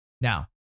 Now